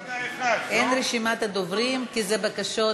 אין רשימת דוברים, כי אלה בקשות,